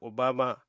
Obama